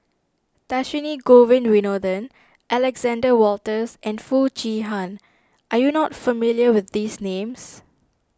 Dhershini Govin Winodan Alexander Wolters and Foo Chee Han are you not familiar with these names